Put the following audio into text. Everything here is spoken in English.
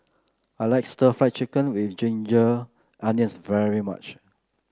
I like stir Fry Chicken with Ginger Onions very much